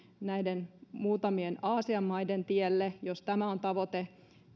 näiden muutamien aasian maiden tielle jos tämä on tavoite